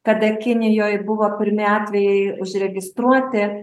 kada kinijoj buvo pirmi atvejai užregistruoti